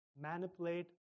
manipulate